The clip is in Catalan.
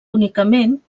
únicament